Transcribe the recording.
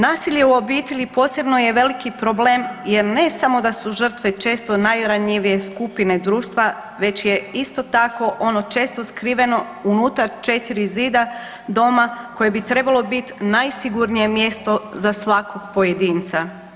Nasilje u obitelji posebno je veliki problem, jer ne samo da su žrtve često najranjivije skupine društva već je isto tako ono često skriveno unutar četiri zida doma koje bi trebalo biti najsigurnije mjesto za svakog pojedinca.